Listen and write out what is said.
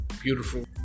beautiful